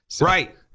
Right